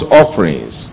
offerings